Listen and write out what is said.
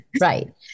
Right